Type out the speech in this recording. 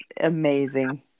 amazing